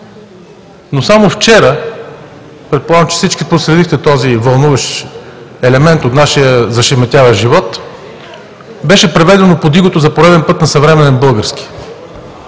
но само вчера, предполагам, че всички проследихте този вълнуващ елемент от нашия зашеметяващ живот, беше преведено „Под игото“ за пореден път на съвременен български.